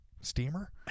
steamer